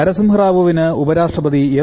നരസിംഹറാവുവിന് ഉപരാഷ്ട്രപതി എം